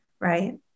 right